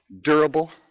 durable